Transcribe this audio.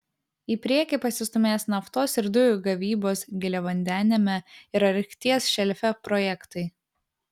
į priekį pasistūmės naftos ir dujų gavybos giliavandeniame ir arkties šelfe projektai